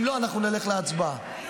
אם לא, נלך להצבעה.